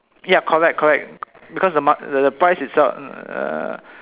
ya correct correct because the ma~ the price itself uh